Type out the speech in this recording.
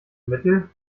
mittel